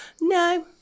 No